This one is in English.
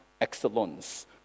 excellence